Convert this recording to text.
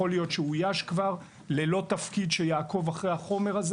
יכול להיות שאויש כבר ללא תפקיד שיעקוב אחר החומר הזה.